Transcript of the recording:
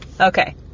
Okay